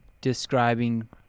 describing